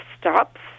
stops